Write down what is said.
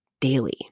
daily